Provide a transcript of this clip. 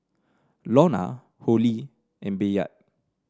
Lorna Holly and Bayard